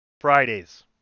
Fridays